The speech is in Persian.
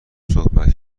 صحبت